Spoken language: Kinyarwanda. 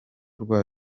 rwa